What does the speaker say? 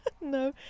No